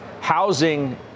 Housing